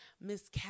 Miss